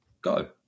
Go